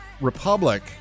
Republic